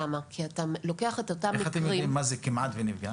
איך אתם יודעים מה זה "כמעט ונפגע"?